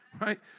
right